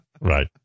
Right